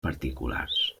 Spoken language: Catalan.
particulars